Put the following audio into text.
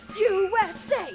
USA